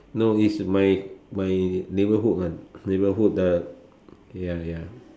no it's my my neighborhood one neighborhood ya ya